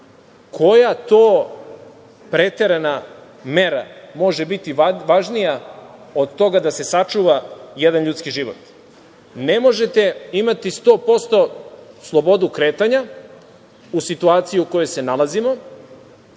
Koja to preterana mera može biti važnija od toga da se sačuva jedan ljudski život? Ne možete imati 100% slobodu kretanja u situaciji u kojoj se nalazimo